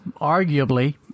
arguably